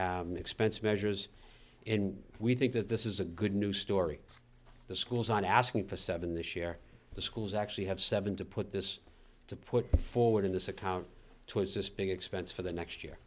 d expense measures and we think that this is a good news story the schools not asking for seven this year the schools actually have seven to put this to put forward in this account was this big expense for the next year